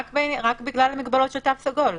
רק בגלל המגבלות של תו סגול,